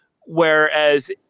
whereas